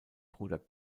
bruder